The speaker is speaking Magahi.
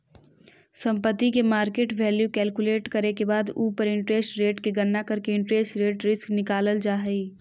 संपत्ति के मार्केट वैल्यू कैलकुलेट करे के बाद उ पर इंटरेस्ट रेट के गणना करके इंटरेस्ट रेट रिस्क निकालल जा हई